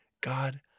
God